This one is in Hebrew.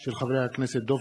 הצעתם של חברי הכנסת דב חנין,